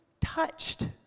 touched